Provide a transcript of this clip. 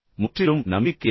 முற்றிலும் நம்பிக்கையின்மை